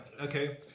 Okay